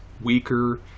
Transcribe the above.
weaker